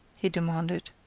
he demanded.